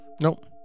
Nope